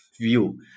view